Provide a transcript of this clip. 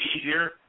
easier